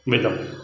விதம்